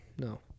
No